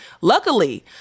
Luckily